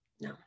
No